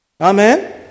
Amen